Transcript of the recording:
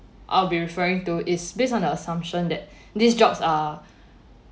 I'll be referring to is based on the assumption that these jobs are